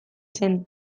zen